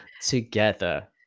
together